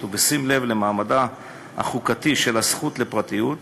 ובשים לב למעמדה החוקתי של הזכות לפרטיות,